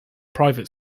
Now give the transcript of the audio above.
private